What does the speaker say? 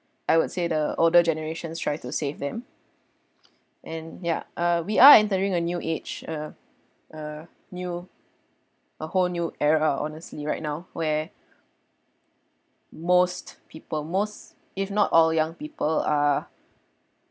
I would say the older generations try to save them and ya uh we are entering a new age uh a new a whole new era honestly right now where most people most if not all young people are